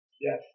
Yes